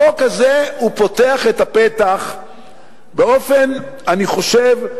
החוק הזה פותח את הפתח באופן, אני חושב,